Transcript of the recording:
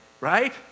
right